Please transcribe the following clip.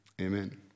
Amen